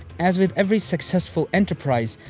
as with every successful enterprise,